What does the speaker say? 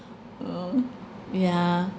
um yeah